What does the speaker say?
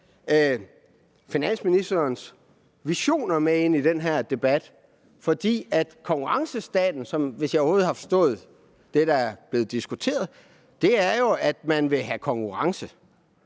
finansministerens visioner med ind i den her debat. For konkurrencestaten, hvis jeg overhovedet har forstået det, der er blevet diskuteret, er jo, at man vil have konkurrence.